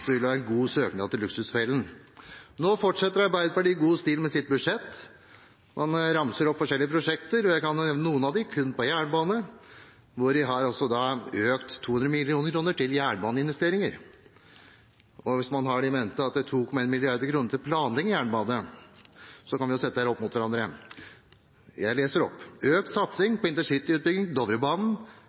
Det ville være en god søknad til Luksusfellen. Nå fortsetter Arbeiderpartiet i god stil med sitt budsjett. Man ramser opp forskjellige prosjekter. Jeg kan nevne noen av dem, kun på jernbane, hvor de har økt med 200 mill. kr til jernbaneinvesteringer. Hvis man har i mente at det er 2,1 mrd. kr til planlegging av jernbane, kan vi jo sette dette opp mot hverandre. Jeg leser opp: økt satsing på intercityutbygging Dovrebanen,